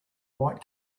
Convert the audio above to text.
white